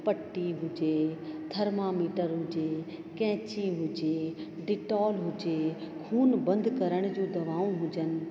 पट्टी हुजे थर्मामीटर हुजे कैंची हुजे डिटोल हुजे खून बंदि करण जो दवाऊं हुजनि